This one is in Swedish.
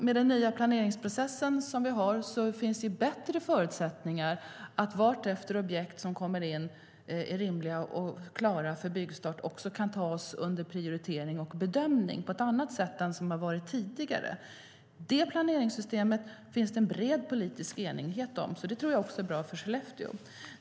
Med den nya planeringsprocessen finns det bättre förutsättningar än tidigare för rimliga objekt som kommer in och är klara för byggstart att bedömas och prioriteras. Detta planeringssystem finns det en bred politisk enighet om, vilket jag tror är bra för Skellefteå.